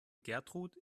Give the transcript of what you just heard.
gertrud